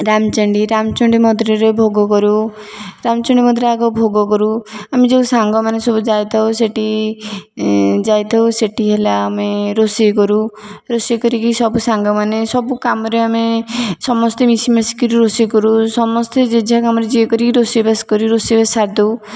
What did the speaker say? ରାମଚଣ୍ଡୀ ରାମଚଣ୍ଡୀ ମନ୍ଦିରରେ ଭୋଗ କରୁ ରାମଚଣ୍ଡୀ ମନ୍ଦିର ଆଗ ଭୋଗକରୁ ଆମେ ଯେଉଁ ସାଙ୍ଗମାନେ ଯାଇଥାଉ ସେଠି ଯାଇଥାଉ ସେଠି ହେଲା ଆମେ ରୋଷେଇ କରୁ ରୋଷେଇ କରିକି ସବୁ ସାଙ୍ଗମାନେ ସବୁ କାମରେ ଆମେ ସମସ୍ତେ ମିଶିମାଶିକି ରୋଷେଇ କରୁ ସମସ୍ତେ ଯେଝା କାମରେ ଯିଏ କରି ରୋଷେଇ ବାସ ସାରଦେଉ